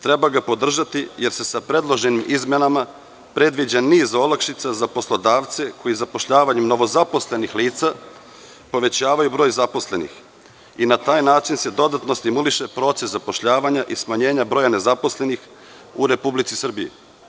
Treba ga podržati jer se sa predloženim izmenama predviđa niz olakšica za poslodavce koji zapošljavanjem novozaposlenih lica povećavaju broj zaposlenih i na taj način se dodatno stimuliše proces zapošljavanja i smanjenja broja nezaposlenih u Republici Srbiji.